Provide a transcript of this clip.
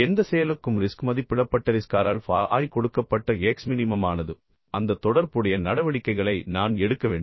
எந்த செயலுக்கும் ரிஸ்க் மதிப்பிடப்பட்ட ரிஸ்க் R ஆல்ஃபா i கொடுக்கப்பட்ட X மினிமமானது அந்த தொடர்புடைய நடவடிக்கைகளை நான் எடுக்க வேண்டும்